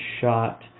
shot